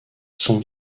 son